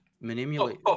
manipulate